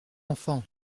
enfants